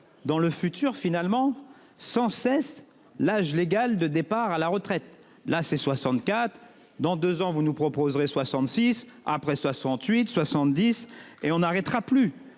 Dans le futur finalement sans cesse l'âge légal de départ à la retraite là c'est 64 dans deux ans vous nous proposerez 66 après 68 70 et on n'arrêtera plus